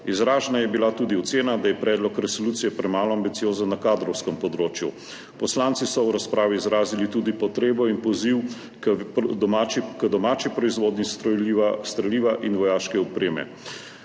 Izražena je bila tudi ocena, da je predlog resolucije premalo ambiciozen na kadrovskem področju. Poslanci so v razpravi izrazili tudi potrebo in poziv k domači proizvodnji streliva in vojaške opreme.